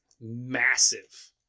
massive